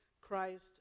Christ